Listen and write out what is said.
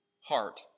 heart